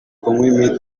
kunywa